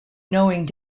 knowing